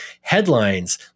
headlines